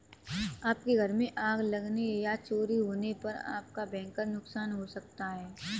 आपके घर में आग लगने या चोरी होने पर आपका भयंकर नुकसान हो सकता है